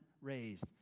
raised